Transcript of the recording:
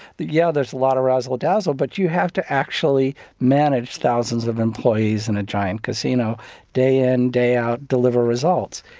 yeah, there's a lot of razzle-dazzle, but you have to actually manage thousands of employees in a giant casino day in, day out, deliver results.